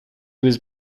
was